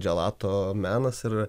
dželato menas ir